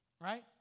Right